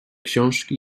książki